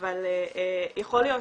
אבל יכול להיות